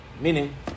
Meaning